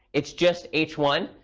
it's just h one.